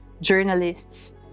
journalists